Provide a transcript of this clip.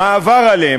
מה עבר עליהם,